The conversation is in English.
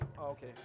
Okay